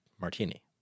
martini